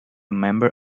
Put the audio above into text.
member